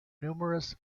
numerous